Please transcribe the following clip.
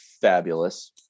fabulous